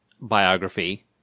biography